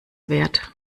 wert